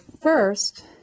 first